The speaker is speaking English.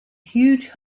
huge